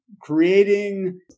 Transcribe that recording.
creating